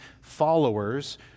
followers